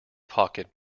pocket